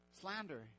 slander